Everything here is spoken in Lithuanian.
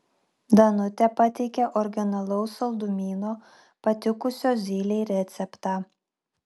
danutė pateikė originalaus saldumyno patikusio zylei receptą